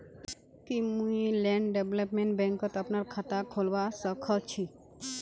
की मुई land development बैंकत अपनार खाता खोलवा स ख छी?